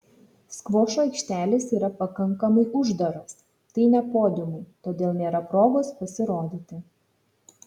skvošo aikštelės yra pakankamai uždaros tai ne podiumai todėl nėra progos pasirodyti